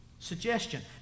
Suggestion